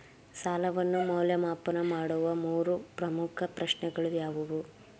ಸಾಲವನ್ನು ಮೌಲ್ಯಮಾಪನ ಮಾಡುವ ಮೂರು ಪ್ರಮುಖ ಪ್ರಶ್ನೆಗಳು ಯಾವುವು?